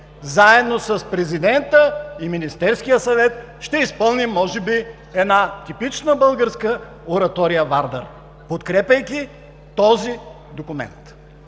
заедно с президента и Министерския съвет, ще изпълним може би една типично българска оратория „Вардар“, подкрепяйки този документ.